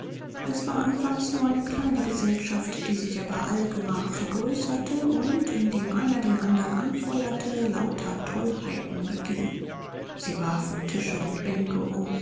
es war anfangs nur eine kleine gesellschaft die sich aber allgemach vergrößerte und indem einer den andern anfeuerte lauter tollheiten beging sie warfen tische und bänke um